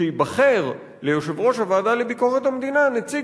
שייבחר ליושב-ראש הוועדה לביקורת המדינה נציג